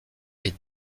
est